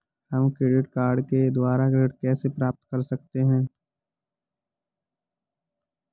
हम credit card के द्वारा ऋण कैसे प्राप्त कर सकते हैं?